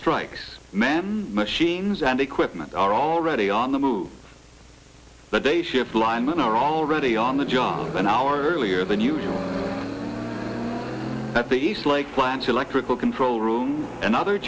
strikes man machines and equipment are already on the move the day shift linemen are already on the job an hour earlier than usual at the slike plant electrical control room and other